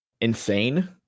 insane